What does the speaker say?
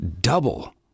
Double